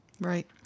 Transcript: Right